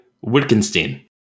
Wittgenstein